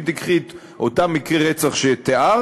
אם תיקחי את אותם מקרי רצח שתיארת,